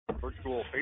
virtual